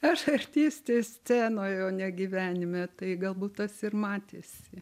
aš artistė scenoj o ne gyvenime tai galbūt tas ir matėsi